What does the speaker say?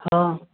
हँ